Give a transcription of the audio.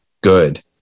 good